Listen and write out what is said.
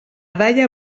daia